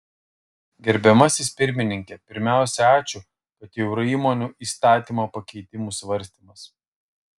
gerbiamasis pirmininke pirmiausia ačiū kad jau yra įmonių įstatymo pakeitimų svarstymas